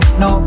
no